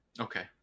Okay